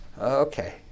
okay